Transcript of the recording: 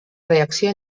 reacció